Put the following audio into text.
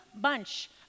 bunch